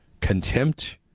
contempt